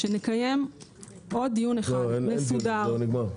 שנקיים עוד דיון אחד מסודר,